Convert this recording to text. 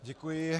Děkuji.